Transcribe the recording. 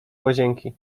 łazienki